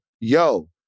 yo